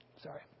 sorry